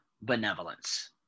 benevolence